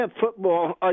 football